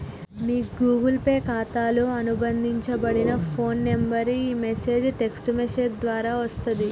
మీ Google Pay ఖాతాతో అనుబంధించబడిన phone నంబర్కు ఈ పాస్వర్డ్ టెక్ట్స్ మెసేజ్ ద్వారా వస్తది